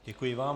Děkuji vám.